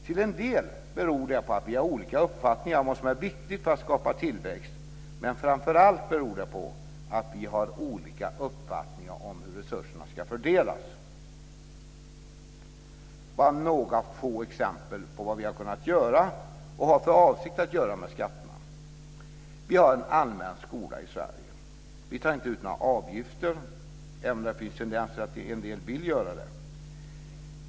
Till en del beror det på att vi har olika uppfattningar om vad som är viktigt för att skapa tillväxt, men framför allt beror det på att vi har olika uppfattningar om hur resurserna ska fördelas. Jag ska nämna några få exempel på vad vi har kunnat göra och vad vi har för avsikt att göra med skatterna. Vi har en allmän skola i Sverige. Vi tar inte ut några avgifter, även om det finns tendenser till att en del vill göra det.